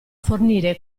fornire